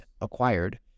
acquired